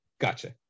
gotcha